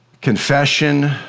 confession